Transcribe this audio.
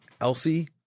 Elsie